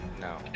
No